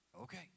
okay